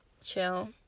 chill